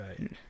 Right